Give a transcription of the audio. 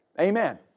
Amen